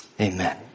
amen